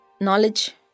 knowledge